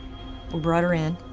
brought her in,